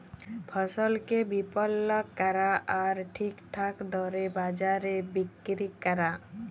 ফসলকে বিপলল ক্যরা আর ঠিকঠাক দরে বাজারে বিক্কিরি ক্যরা